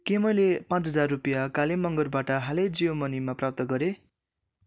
के मैले पाँच हजार रुपियाँ काले मगरबाट हालै जियो मनीमा प्राप्त गरेँ